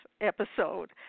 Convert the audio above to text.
episode